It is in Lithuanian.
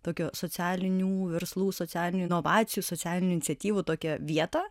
tokio socialinių verslų socialinių inovacijų socialinių iniciatyvų tokia vieta